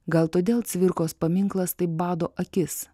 gal todėl cvirkos paminklas taip bado akis